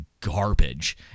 garbage